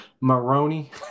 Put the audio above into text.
Maroni